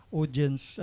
audience